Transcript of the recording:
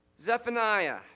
Zephaniah